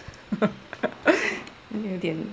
有点